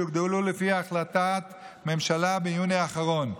שהוגדלו לפי החלטת ממשלה ביוני האחרון.